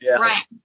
Right